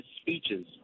speeches